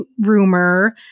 rumor